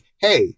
hey